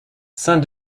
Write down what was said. saint